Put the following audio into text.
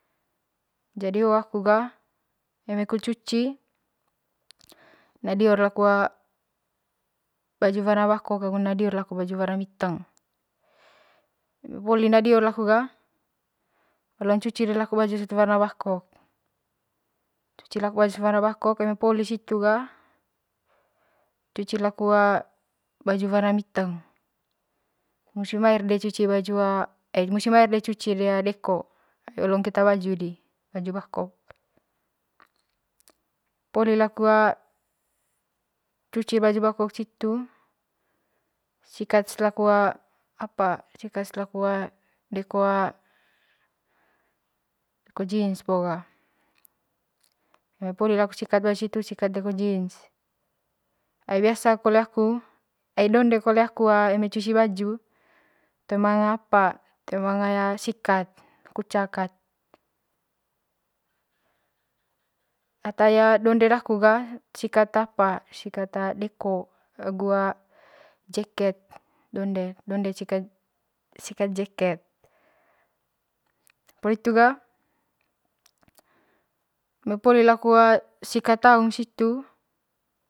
Hoo kaku ga eme cuci na dior laku warna bakok agu na dior laku baju warna miteng. eme poli na dior laku ga olong cucis di laku baju warna bakok cuciss laku baju warna bakok eme poli situ ga cuci laku baju warna miteng musi mair di cuci baju musi mair di deko tapi olong keta baju di baju di, baju bakok poli laku cucir baju bakok situ sikat kau apa sikats laku deko jins bo ga eme poli laku sikat baju situ sikat deko jins ai biasa kole aku ai donde kole aku donde kole eme cuci baju toe manga apa toe manga ya sikat kucak kat ata donde daku ga sikat apa sikat deko agu jeket donde donde sikat sikat jeket poli hitu ga eme poli laku sikat taung situ.